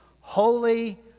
holy